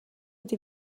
ydy